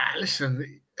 Listen